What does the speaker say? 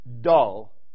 dull